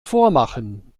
vormachen